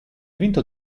vinto